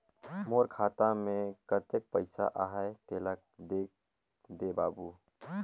मोर खाता मे कतेक पइसा आहाय तेला देख दे बाबु?